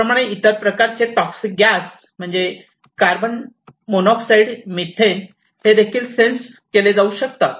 त्याच प्रमाणे इतर प्रकारचे टॉक्सिक गॅस म्हणजे कार्बन मोनॉक्साईड मिथेन NOx हेदेखील सेन्स केले जाऊ ऊ शकतात